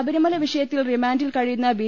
ശബരിമല വിഷയത്തിൽ റിമാന്റിൽ കഴിയുന്ന ബി